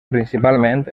principalment